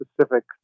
specific